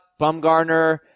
Bumgarner